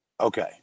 Okay